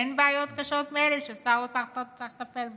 אין בעיות קשות מאלה ששר האוצר צריך לטפל בהן,